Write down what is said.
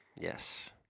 Yes